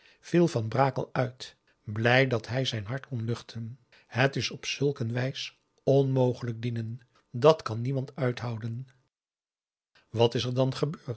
viel van brakel uit blij dat hij zijn hart kon luchten het is op zulk een wijs onmogelijk dienen dàt kan niemand uithouden wat is er dan gebeurd